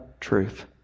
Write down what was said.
truth